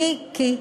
מיקי,